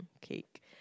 cake